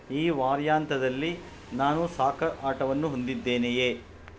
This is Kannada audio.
ಈ ವಾರ್ಯಾಂತದಲ್ಲಿ ನಾನು ಸಾಕರ್ ಆಟವನ್ನು ಹೊಂದಿದ್ದೇನೆಯೇ